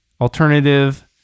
Alternative